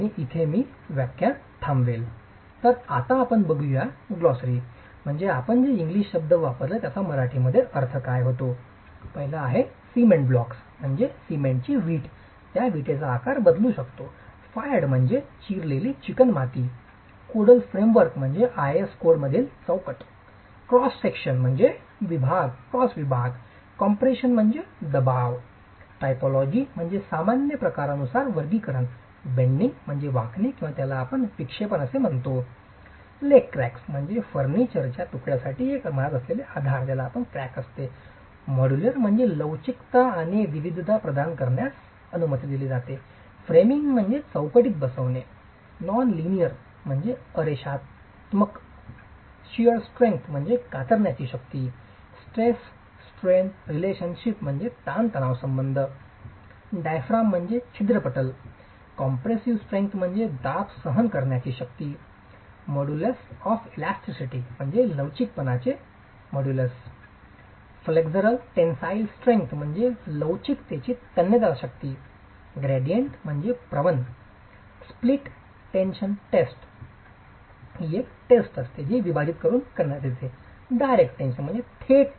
मी येथे थांबेल